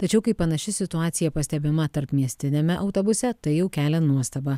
tačiau kai panaši situacija pastebima tarpmiestiniame autobuse tai jau kelia nuostabą